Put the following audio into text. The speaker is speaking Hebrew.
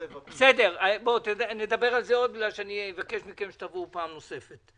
נדבר על זה עוד מכיוון שאני אבקש מכם שתבואו פעם נוספת.